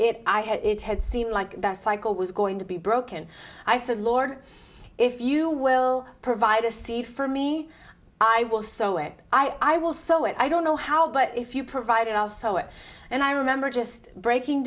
it i had it had seemed like the cycle was going to be broken i said lord if you will provide a c for me i will sew it i will sew it i don't know how but if you provided also it and i remember just breaking